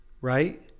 Right